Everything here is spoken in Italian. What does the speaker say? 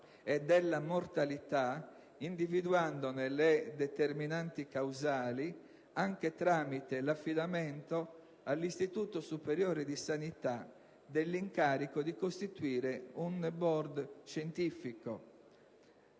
e della mortalità, individuandone le determinanti causali, anche tramite l'affidamento all'Istituto superiore di sanità dell'incarico di costituire un *board* scientifico».